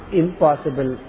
impossible